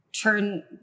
turn